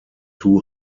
too